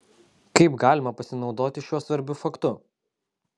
kaip galima pasinaudoti šiuo svarbiu faktu